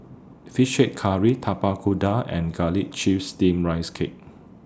Fish Head Curry Tapak Kuda and Garlic Chives Steamed Rice Cake